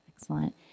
Excellent